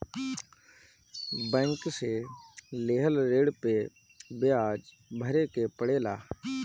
bank से लेहल ऋण पे बियाज भरे के पड़ेला